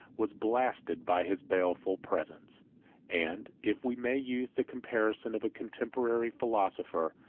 was blasted by his baleful presence and, if we may use the comparison of a contemporary philosopher,